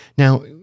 Now